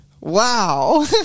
Wow